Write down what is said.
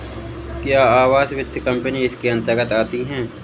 क्या आवास वित्त कंपनी इसके अन्तर्गत आती है?